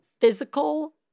physical